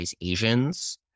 Asians